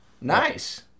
Nice